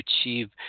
achieve